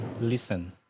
listen